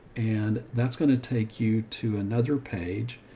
and that's going to take you to another page.